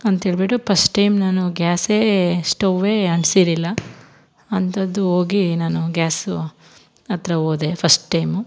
ಅಂತೇಳಿಬಿಟ್ಟು first time ನಾನು ಗ್ಯಾಸೆ ಸ್ಟೌವ್ವೇ ಅಂಟಿಸಿರ್ಲ್ಲಿಲ್ಲ ಅಂಥದ್ದು ಹೋಗಿ ನಾನು ಗ್ಯಾಸು ಹತ್ರ ಹೋದೆ ಫಸ್ಟ್ ಟೈಮು